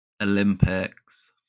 Olympics